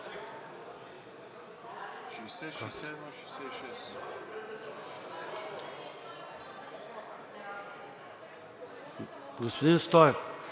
Господин Стоев,